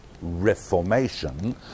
reformation